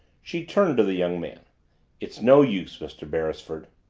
she turned to the young man it's no use, mr. beresford.